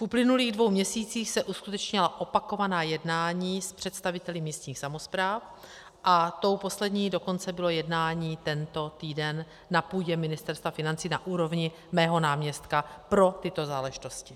V uplynulých dvou měsících se uskutečnila opakovaná jednání s představiteli místních samospráv a tím posledním dokonce bylo jednání tento týden na půdě Ministerstva financí na úrovni mého náměstka pro tyto záležitosti.